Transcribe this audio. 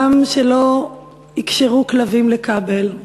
גם שלא יקשרו כלבים לכבל,